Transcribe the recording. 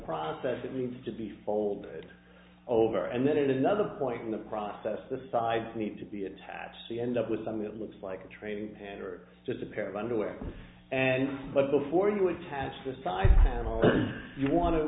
process it needs to be folded over and then in another point in the process the sides need to be attached we end up with some it looks like a training hand or just a pair of underwear and but before you attach decide you want to